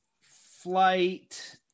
flight